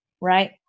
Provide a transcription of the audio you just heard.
right